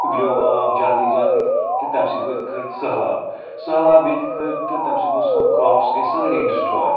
پِگلیو آب جلدی جلدی کہِ تَمہِ سۭتۍ ؤتھۍ کھٔتۍ سٔہلاب سٔہلاب ییٚتہِ کھٔتۍ تہٕ تَمہِ سۭتۍ گوٚو سون کرٛاپٕس گٔے سٲری ڈِسٹرٛاے